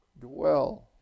dwell